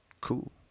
cool